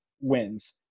wins